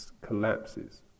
collapses